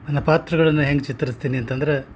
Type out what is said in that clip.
ನನ್ನ ಪಾತ್ರಗಳನ್ನು ಹೆಂಗ ಚಿತ್ರಸ್ತೀನಿ ಅಂತಂದ್ರ